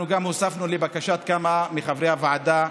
אנחנו גם הוספנו, לבקשת כמה מחברי הוועדה,